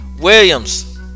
Williams